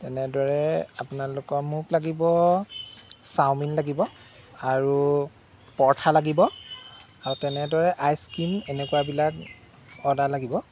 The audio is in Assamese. তেনেদৰে আপোনালোকৰ মোক লাগিব চাওমিন লাগিব আৰু পৰঠা লাগিব আৰু তেনেদৰে আইচক্ৰীম এনেকুৱাবিলাক অৰ্ডাৰ লাগিব